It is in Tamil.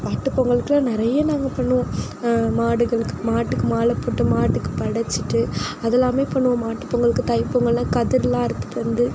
மாட்டுப் பொங்கலுக்குலாம் நிறைய நாங்கள் பண்ணுவோம் மாடுகள் மாட்டுக்கு மாலை போட்டு மாட்டுக்கு படைச்சிட்டு அதெல்லாமே பண்ணுவோம் மாட்டுப் பொங்கலுக்கு தை பொங்கல்னா கதிர்லாம் அறுத்துட்டு வந்து